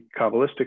Kabbalistic